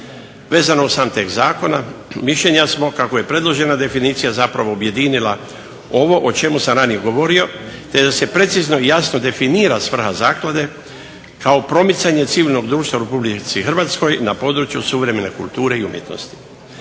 Vezano uz sam tekst zakona mišljenja smo kako je predložena definicija zapravo objedinila ovo o čemu sam ranije govorio te da se precizno i jasno definira svrha zaklade kao promicanje civilnog društva u Republici Hrvatskoj na području suvremene kulture i umjetnosti.